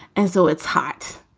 and so it's hot.